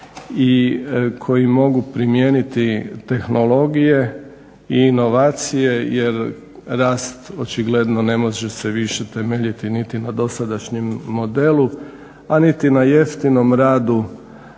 i koji mogu primijeniti tehnologije, i inovacije jer rast očigledno ne može se više temeljiti niti na dosadašnjem modelu, a niti na jeftinom radu